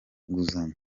nguzanyo